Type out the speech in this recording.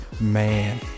man